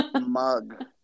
mug